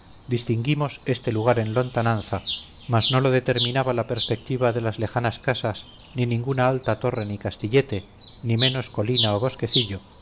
distinguimos este lugar en lontananza mas no lo determinaba la perspectiva de las lejanas casas ni ninguna alta torre ni castillete ni menos colina o bosquecillo